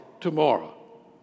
tomorrow